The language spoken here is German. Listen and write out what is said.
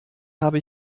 habe